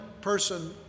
person